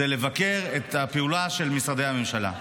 זה לבקר את הפעולה של משרדי הממשלה,